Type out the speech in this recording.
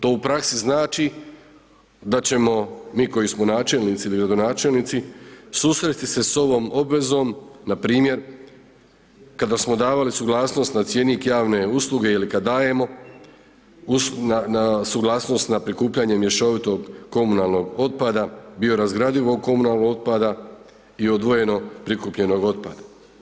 To u praksi znači, da ćemo mi koji smo načelnici ili gradonačelnici, susresti se s ovom odredbom, npr. kada smo davali suglasnost na cjenik javne usluge ili kada dajemo suglasnost na prikupljanje mješovitog komunalnog otpada, biorazgradivog komunalnog otpada i odvojeno prikupljanje otpada.